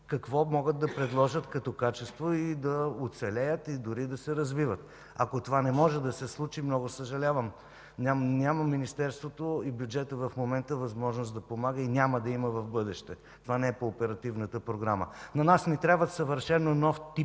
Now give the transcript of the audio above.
какво могат да предложат като качество, да оцелеят и дори да се развиват. Ако това не може да се случи, много съжалявам. Министерството и бюджетът в момента нямат възможност да помагат. Няма да имат и в бъдеще. Това не е по оперативната програма. На нас ни трябват съвършено нов тип